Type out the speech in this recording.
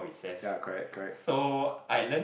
ya correct correct